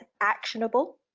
actionable